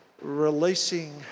releasing